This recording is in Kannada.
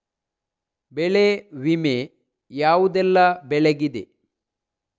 ಬೆಳೆ ವಿಮೆ ಯಾವುದೆಲ್ಲ ಬೆಳೆಗಿದೆ?